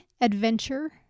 adventure